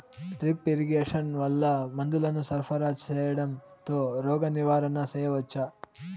Drip irrigation వల్ల మందులను సరఫరా సేయడం తో రోగ నివారణ చేయవచ్చా?